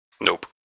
nope